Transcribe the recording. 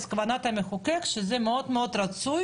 אז כוונת המחוקק שזה מאוד מאוד רצוי